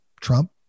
Trump